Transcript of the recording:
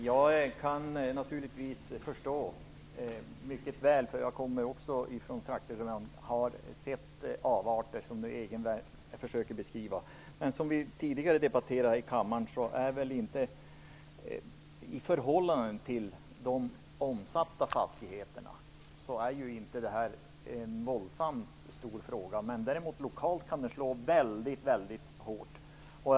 Fru talman! Jag kan naturligtvis förstå detta mycket väl. Jag kommer också från trakter där jag har sett de avarter som Erik Arthur Egervärn försöker beskriva. Som vi tidigare har debatterat i kammaren är väl inte det här en våldsamt stor fråga i förhållande till de fastigheter som omsätts. Däremot kan det slå mycket hårt lokalt.